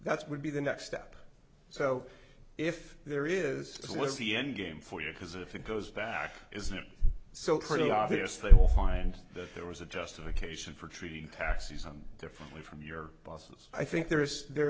that's would be the next step so if there is a what's the end game for you because if it goes back isn't it so pretty obvious they will find that there was a justification for treating taxis them differently from your bosses i think there is there